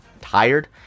tired